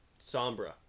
Sombra